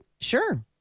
Sure